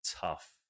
tough